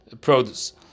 produce